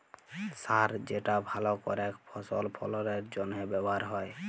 সার যেটা ভাল করেক ফসল ফললের জনহে ব্যবহার হ্যয়